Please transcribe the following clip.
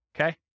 Okay